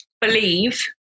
believe